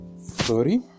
Sorry